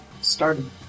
started